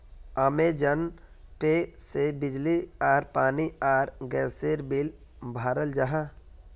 Amazon Pay से बिजली आर पानी आर गसेर बिल बहराल जाहा